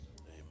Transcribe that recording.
Amen